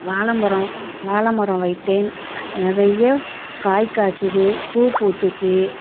வாழை மரம் வாழை மரம் வைத்தேன் நிறைய காய் காய்ச்சது பூ பூத்துச்சு